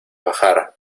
bajar